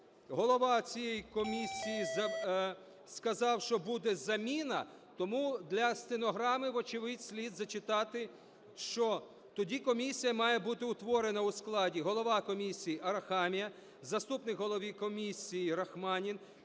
голова цієї комісії сказав, що буде заміна. Тому для стенограми, вочевидь, слід зачитати, що тоді комісія має бути утворена у складі: голова комісії – Арахамія; заступник голови комісії – Рахманін;